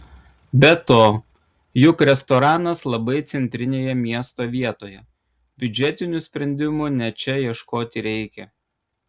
be to juk restoranas labai centrinėje miesto vietoje biudžetinių sprendimų ne čia ieškoti reikia